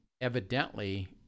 evidently